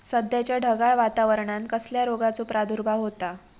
सध्याच्या ढगाळ वातावरणान कसल्या रोगाचो प्रादुर्भाव होता?